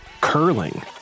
curling